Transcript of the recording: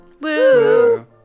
Woo